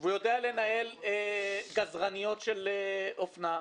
והוא יודע לנהל גזרניות של אופנה,